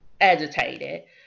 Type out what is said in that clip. agitated